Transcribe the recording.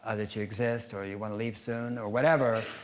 ah that you exist, or you wanna leave soon, or whatever.